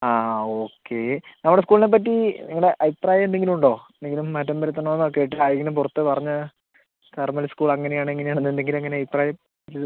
ആ ആ ഓക്കെ നമ്മളുടെ സ്കൂളിനെ പറ്റി നിങ്ങളുടെ അഭിപ്രായം എന്തെങ്കിലും ഉണ്ടോ എന്തെങ്കിലും മാറ്റം വെരുത്തണമെന്ന് ഒക്കെ ആരെങ്കിലും പുറത്ത് പറഞ്ഞാൽ കാർമൽ സ്കൂൾ അങ്ങനെ ആണ് ഇങ്ങനെ ആണ് എന്തെങ്കിലും അങ്ങനെ അഭിപ്രായം ഇത്